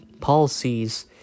policies